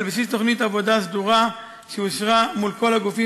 על בסיס תוכנית עבודה סדורה שאושרה מול כל הגופים,